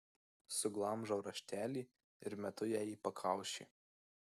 suglamžau raštelį ir metu jai į pakaušį